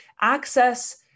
access